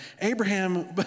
Abraham